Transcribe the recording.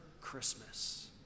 Christmas